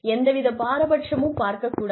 எந்தவித பாரபட்சமும் பார்க்கக் கூடாது